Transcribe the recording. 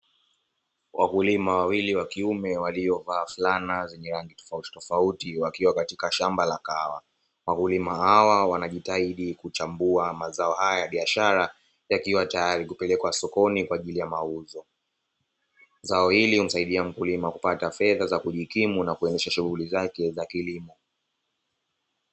Wakulima wawili wankiume waliovaa fulana zenye rangi tofautitofauti wakiwa katika shamba la kahawa, wakulima hawa wanajitahidi kuchambua mazao haya biashara yakiwa tayari kupelekwa sokoni kwaajili ya mauzo, zao ili humsadia mkulima kupata fedha za kujikimu na kuendesha biashara zake za kilimo.